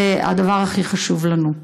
זה הדבר הכי חשוב לנו.